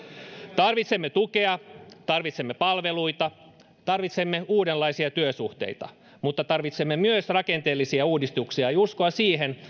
tarvitsemme tukea tarvitsemme palveluita tarvitsemme uudenlaisia työsuhteita mutta tarvitsemme myös rakenteellisia uudistuksia ja uskoa siihen